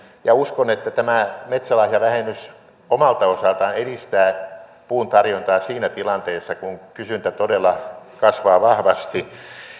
uskon että tämä metsälahjavähennys omalta osaltaan edistää puun tarjontaa siinä tilanteessa kun kysyntä todella kasvaa vahvasti